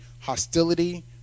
hostility